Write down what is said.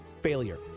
failure